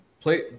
play